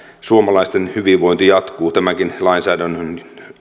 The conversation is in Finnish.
suomalaisten hyvinvointi jatkuu tämänkin lainsäädännön